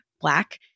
black